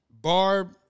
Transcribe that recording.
Barb